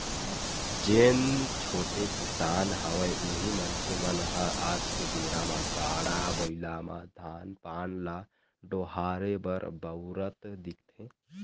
जेन छोटे किसान हवय उही मनखे मन ह आज के बेरा म गाड़ा बइला म धान पान ल डोहारे बर बउरत दिखथे